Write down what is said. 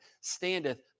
standeth